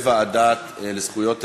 לוועדה לזכויות הילד.